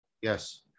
Yes